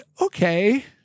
okay